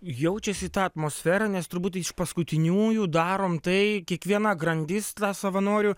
jaučiasi ta atmosfera nes turbūt iš paskutiniųjų darom tai kiekviena grandis savanorių